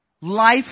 life